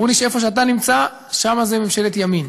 אמרו לי שאיפה שאתה נמצא, שם זה ממשלת ימין.